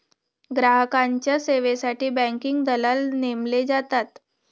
ग्राहकांच्या सेवेसाठी बँकिंग दलाल नेमले जातात